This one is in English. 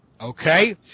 Okay